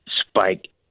Spike